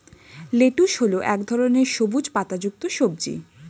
lettuce হল এক ধরনের সবুজ পাতাযুক্ত সবজি